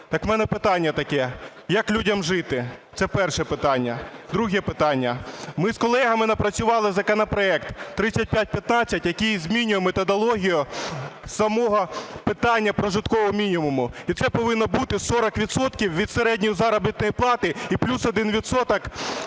Так у мене питання таке: як людям жити? Це перше питання. Друге питання. Ми з колегами напрацювали законопроект 3515, який змінює методологію самого питання прожиткового мінімуму. І це повинно бути 40 відсотків від середньої заробітної плати і плюс один